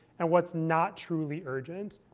and what's not truly urgent?